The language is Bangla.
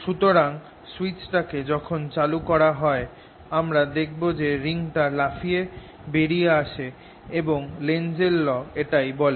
সুতরাং সুইচটাকে যখন চালু করা হয় আমরা দেখব যে রিং টা লাফিয়ে বেরিয়ে আসে এবং লেন্জস ল এটাই বলে